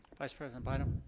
vice president bynum?